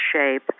shape